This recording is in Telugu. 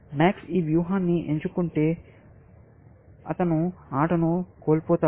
MAX ఈ వ్యూహాన్ని ఎంచుకుంటే అతను ఆటను కోల్పోతాడు